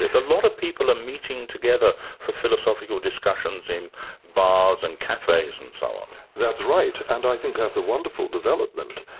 a lot of people are meeting together for philosophical discussions in bars and cafes and so on. that's right, and i think that's a wonderful development.